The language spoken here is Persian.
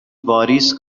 واریز